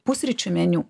pusryčių meniu